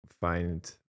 find